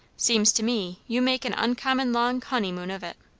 seems to me, you make an uncommon long honeymoon of it.